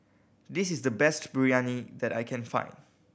this is the best Biryani that I can find